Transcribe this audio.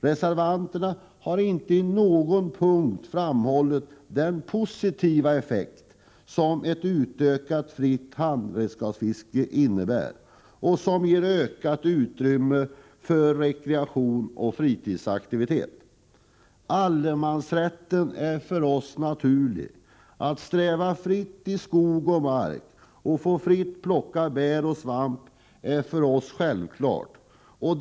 Reservanterna har inte på någon punkt framhållit den positiva effekt som en utökning av det fria handredskapsfisket innebär; det skulle ge ökat utrymme för rekreation och fritidsaktiviteter. Allemansrätten är för oss något naturligt. Att ströva fritt i skog och mark och att fritt få plocka bär och svamp är för oss något självklart.